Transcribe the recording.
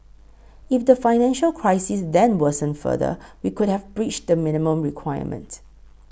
if the financial crisis then worsened further we could have breached the minimum requirement